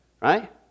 right